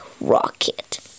rocket